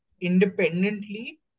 independently